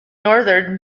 northern